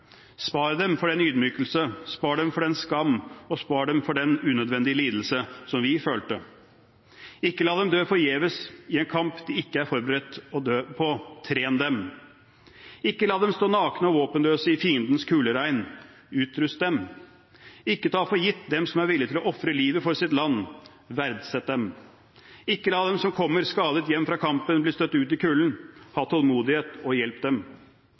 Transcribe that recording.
Spar dem for den ydmykelse, spar dem for den skam, og spar dem for den unødvendige lidelse, som vi følte. Ikke la dem dø forgjeves, i en kamp de ikke er forberedt på. Tren dem! Ikke la dem stå nakne og våpenløse i fiendens kuleregn. Utrust dem! Ikke ta for gitt dem som er villig til å ofre livet for sitt land. Verdsett dem! Ikke la dem som kommer skadet hjem fra kampen bli støtt ut i kulden. Ha tålmodighet og hjelp dem!